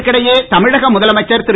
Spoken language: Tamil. இதற்கிடையே தமிழக முதலமைச்சர் திரு